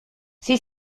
sie